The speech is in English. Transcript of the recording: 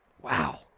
wow